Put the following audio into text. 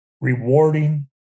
rewarding